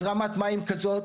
הזרמת מים כזאת